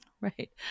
right